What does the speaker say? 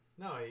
No